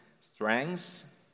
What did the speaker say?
strengths